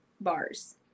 bars